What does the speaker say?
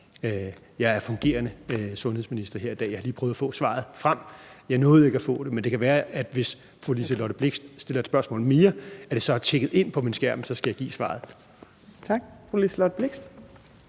Jeg er fungerende sundhedsminister her i dag, og jeg har lige prøvet at få svaret frem. Jeg nåede ikke at få det, men det kan være, at hvis fru Liselott Blixt stiller et spørgsmål mere, at det så er tikket ind på min skærm, og så skal jeg give svaret. Kl. 13:04 Fjerde